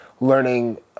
learning